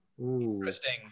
interesting